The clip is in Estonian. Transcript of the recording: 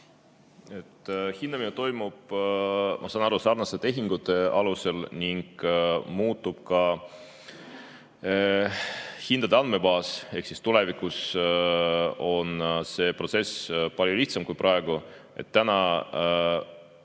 Hindamine toimub, ma saan aru, sarnaste tehingute alusel ning muutub ka hindade andmebaas. Tulevikus on see protsess seega palju lihtsam kui praegu. Täna,